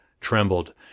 trembled